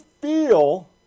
feel